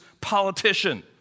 politician